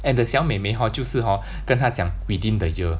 and the xiao mei mei hor 就是 hor 跟他讲 within the year